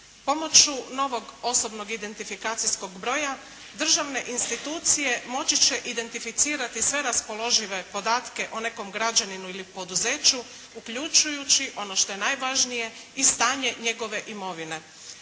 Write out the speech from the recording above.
Pomoću novog osobnog identifikacijskog broja državne institucije moći će identificirati sve raspoložive podatke o nekom građaninu ili poduzeću uključujući ono što je najvažnije, i stanje njegove imovine.